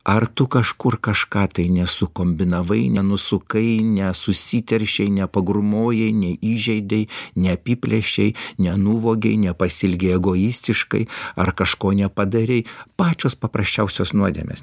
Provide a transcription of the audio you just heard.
ar tu kažkur kažką tai ne sukombinavai nenusukai nesusiteršei nepagrūmojai neįžeidei neapiplėšei nenuvogei nepasielgei egoistiškai ar kažko nepadarei pačios paprasčiausios nuodėmes